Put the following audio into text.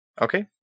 Okay